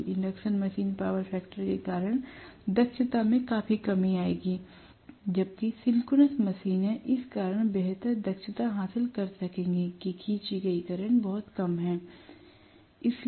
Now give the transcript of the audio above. इसलिए induction machine power factor के कारण दक्षता में काफी कमी लाएगी जबकि सिंक्रोनस मशीनें इस कारण बेहतर दक्षता हासिल कर सकेंगी कि खींची गई करंट कुछ कम है